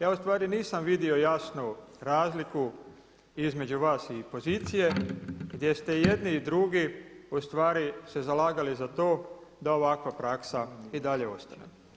Ja u stvari nisam vidio jasnu razliku između vas i pozicije, gdje ste i jedni i drugi u stvari se zalagali za to da ovakva praksa i dalje ostane.